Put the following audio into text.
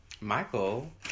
Michael